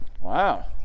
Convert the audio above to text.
Wow